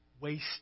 waste